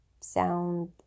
sound